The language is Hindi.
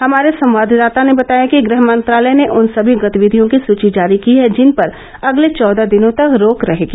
हमारे संवाददाता ने बताया कि गृहमंत्रालय ने उन सभी गतिविधियों की सूची जारी की है जिन पर अगले चौदह दिनों तक रोक रहेगी